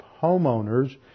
homeowners